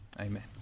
Amen